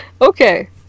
Okay